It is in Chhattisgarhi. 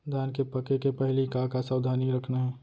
धान के पके के पहिली का का सावधानी रखना हे?